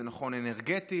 זה נכון אנרגטית.